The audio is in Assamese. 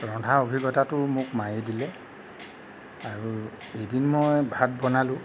ৰন্ধা অভিজ্ঞতাটো মোক মায়ে দিলে আৰু যিদিনা ভাত বনালো